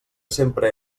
sempre